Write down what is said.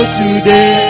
today